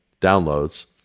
downloads